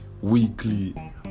weekly